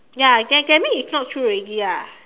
ya that that means it's not true already ah